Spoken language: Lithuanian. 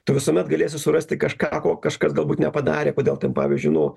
tu visuomet galėsi surasti kažką ko kažkas galbūt nepadarė kodėl ten pavyzdžiui nu